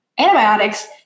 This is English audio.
antibiotics